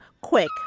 quick